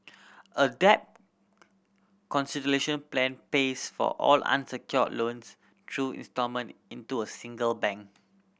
a debt consolidation plan pays for all unsecured loans through instalment in to a single bank